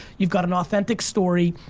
you've got an authentic story,